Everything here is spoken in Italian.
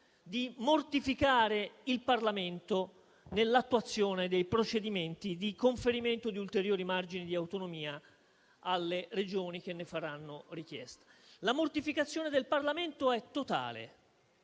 di mortificare il Parlamento nell'attuazione dei procedimenti di conferimento di ulteriori margini di autonomia alle Regioni che ne faranno richiesta. La mortificazione del Parlamento è totale